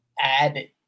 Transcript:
add